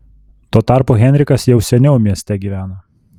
tuo tarpu henrikas jau seniau mieste gyveno